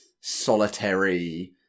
solitary